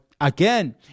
again